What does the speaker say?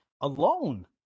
alone